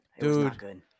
Dude